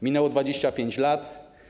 Minęło 25 lat.